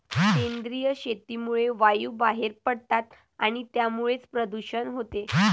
सेंद्रिय शेतीमुळे वायू बाहेर पडतात आणि त्यामुळेच प्रदूषण होते